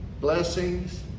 blessings